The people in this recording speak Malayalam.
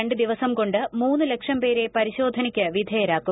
രണ്ട് ദിവസം കൊണ്ട് മൂന്ന് ലക്ഷം പേരെ പരിശോധനയ്ക്ക് വിധേയരാക്കും